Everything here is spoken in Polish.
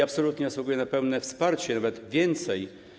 Absolutnie zasługuje na pełne wsparcie, a nawet więcej.